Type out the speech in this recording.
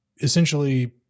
essentially